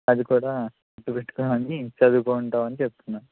అది కూడా గుర్తుపెట్టుకుని మరీ చదువుకుంటావు అని చెప్తున్నాను